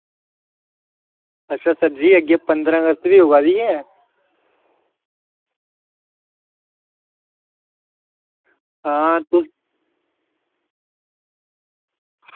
अच्छा सर जी अग्गें पंदरां अगस्त बी आवा दी ऐ हां